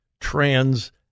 trans